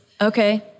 Okay